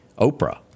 Oprah